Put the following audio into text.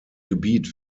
gebiet